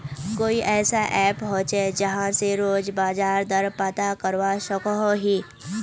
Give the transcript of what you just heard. कोई ऐसा ऐप होचे जहा से रोज बाजार दर पता करवा सकोहो ही?